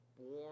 born